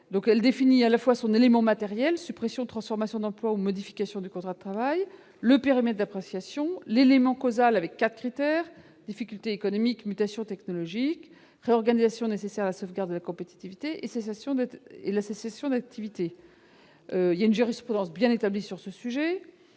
Nous y trouvons l'élément matériel- suppression ou transformation d'emplois ou modification du contrat de travail -, le périmètre d'appréciation, l'élément causal et ses quatre critères- difficultés économiques, mutation technologique, réorganisation nécessaire à la sauvegarde de la compétitivité et cessation d'activité. La jurisprudence est bien établie sur ce sujet.